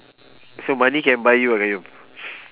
so money can buy you ah qayyum